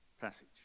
passage